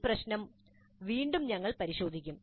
ഈ പ്രശ്നം വീണ്ടും ഞങ്ങൾ പിന്നീട് പരിശോധിക്കും